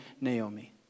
Naomi